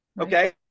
Okay